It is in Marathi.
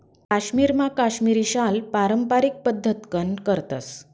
काश्मीरमा काश्मिरी शाल पारम्पारिक पद्धतकन करतस